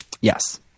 Yes